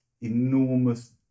enormous